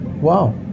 Wow